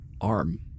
arm